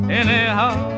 anyhow